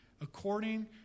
according